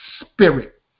spirit